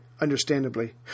understandably